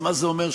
אז מה זה אומר,